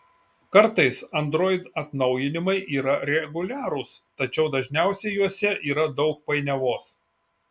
kartais android atnaujinimai yra reguliarūs tačiau dažniausiai juose yra daug painiavos